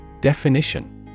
Definition